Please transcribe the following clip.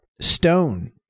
Stone